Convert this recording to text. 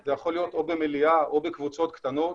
זה יכול להיות או במליאה או בקבוצות קטנות.